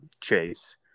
chase